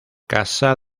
casa